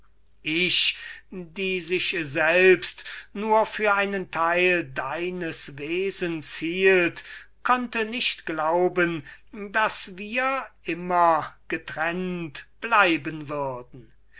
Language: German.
ich die sich selbst nur für einen teil deines wesens hielt konnte nicht glauben daß wir immer getrennt bleiben würden